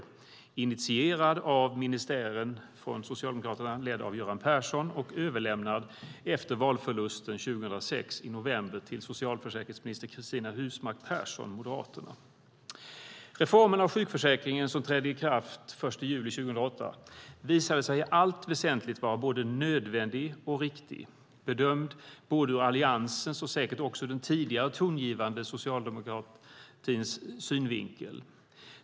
Den var initierad av ministären från Socialdemokraterna ledd av Göran Persson, och efter valförlusten 2006 överlämnades den i november samma år till socialförsäkringsminister Cristina Husmark Pehrsson från Moderaterna. Reformen av sjukförsäkringen, som trädde i kraft den 1 juli 2008, visade sig i allt väsentligt vara både nödvändig och riktig bedömd både ur Alliansens och säkert också ur den tidigare tongivande socialdemokratins synvinkel.